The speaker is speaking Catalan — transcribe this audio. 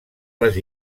les